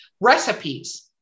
recipes